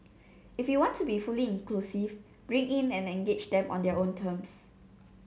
if you want to be fully inclusive bring in and engage them on their own terms